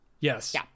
yes